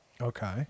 okay